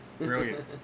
brilliant